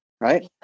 Right